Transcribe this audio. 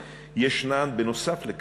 ישנן, נוסף על כך,